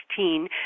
2016